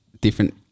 different